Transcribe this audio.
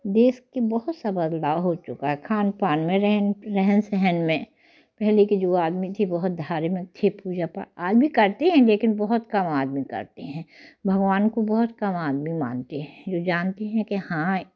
देश के बहुत सा बदलाव हो चुका खान पान में रहन सहन में पहले के जो आदमी थे बहुत धार्मिक थे पूजा भी करते है लेकिन बहुत कम आदमी करते हैं भगवान को बहुत कम आदमी मनाते हैं जो जानते है कि हाँ